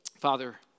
Father